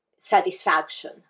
satisfaction